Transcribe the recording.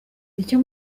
icyo